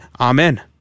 Amen